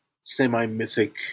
semi-mythic